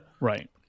right